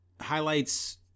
highlights